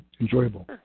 enjoyable